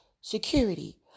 security